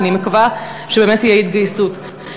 ואני מקווה שבאמת תהיה התגייסות.